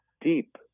deep